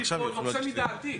אני כבר יוצא מדעתי,